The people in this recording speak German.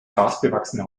grasbewachsene